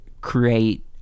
create